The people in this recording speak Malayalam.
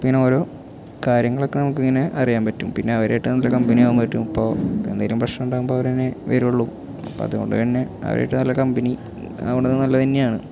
അപ്പം ഇങ്ങനെ ഓരോ കാര്യങ്ങളൊക്കെ നമുക്ക് ഇങ്ങനെ അറിയാൻ പറ്റും പിന്നെ അവരായിട്ട് നല്ല കമ്പനി ആവാൻ പറ്റും ഇപ്പോൾ എന്തെങ്കിലും പ്രശ്നം ഉണ്ടാകുമ്പോൾ അവർ തന്നെ വരുകയുള്ളു അപ്പം അതുകൊണ്ട് തന്നെ അവരുമായിട്ട് നല്ല കമ്പനി ആവുന്നത് നല്ലത് തന്നെയാണ്